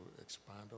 expand